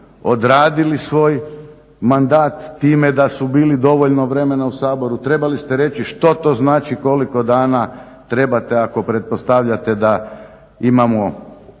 odradili svoj mandat time da su bili dovoljno vremena u Saboru trebali ste reći što to znači, koliko dana trebate ako pretpostavljate da imamo